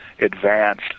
advanced